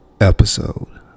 episode